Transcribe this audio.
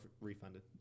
refunded